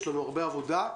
יש לנו הרבה עבודה.